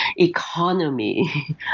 economy